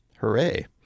Hooray